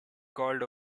called